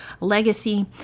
legacy